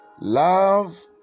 Love